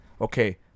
okay